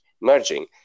merging